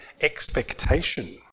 expectation